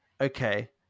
Okay